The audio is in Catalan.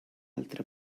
altra